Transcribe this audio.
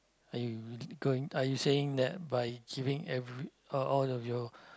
are you g~ going are you saying that by giving every all all of your